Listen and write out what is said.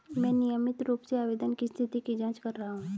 मैं नियमित रूप से आवेदन की स्थिति की जाँच कर रहा हूँ